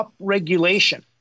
upregulation